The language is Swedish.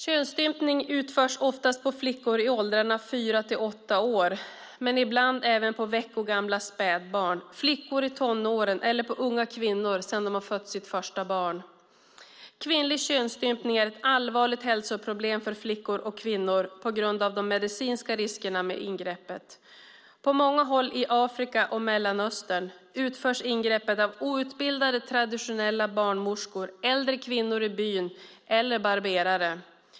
Könsstympning utförs oftast på flickor i åldrarna fyra till åtta år, men ibland även på veckogamla spädbarn, på flickor i tonåren eller på unga kvinnor sedan de fött sitt första barn. Kvinnlig könsstympning är ett allvarligt hälsoproblem för flickor och kvinnor på grund av de medicinska riskerna med ingreppet. På många håll i Afrika och Mellanöstern utförs ingreppet av outbildade traditionella barnmorskor, äldre kvinnor i byn eller barberare.